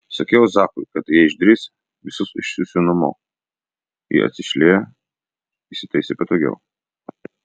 sakiau zakui kad jei išdrįs visus išsiųsiu namo ji atsišliejo įsitaisė patogiau